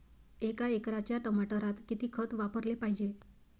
एका एकराच्या टमाटरात किती खत वापराले पायजे?